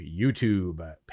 YouTube